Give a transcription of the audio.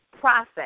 process